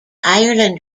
ireland